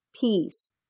peace